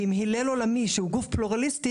ועם "הלל עולמי" שהוא גוף פלורליסטי,